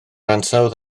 ansawdd